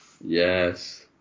Yes